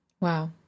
Wow